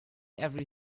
every